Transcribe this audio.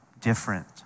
different